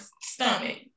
stomach